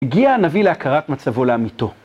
הגיע הנביא להכרת מצבו לעמיתו.